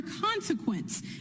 consequence